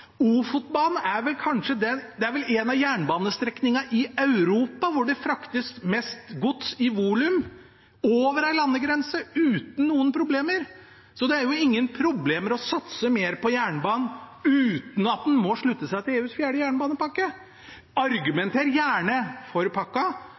Ofotbanen er vel en av jernbanestrekningene i Europa der det fraktes mest gods i volum over en landegrense, uten noen problemer. Så det er ikke noe problem å satse mer på jernbanen uten at en må slutte seg til EUs fjerde jernbanepakke.